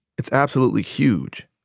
it's absolutely huge.